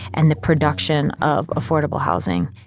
and the production of affordable housing,